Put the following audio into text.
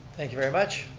thank you very much.